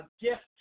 gift